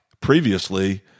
previously